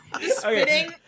spitting